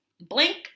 blank